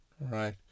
right